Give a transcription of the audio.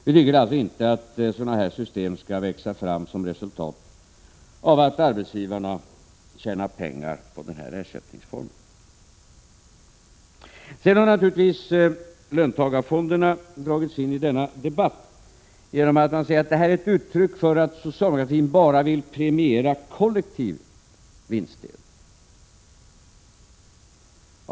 Vi tycker alltså inte att sådana här system skall växa fram som resultat av att arbetsgivarna tjänar pengar på denna ersättningsform. Vidare har naturligtvis löntagarfonderna dragits in i denna debatt. Man säger att vårt förslag är ett uttryck för att socialdemokraterna bara vill premiera kollektiv vinstdelning.